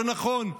ונכון,